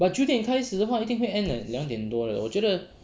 but 九点开始的话一定会 end at 两点多的我觉得